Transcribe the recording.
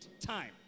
time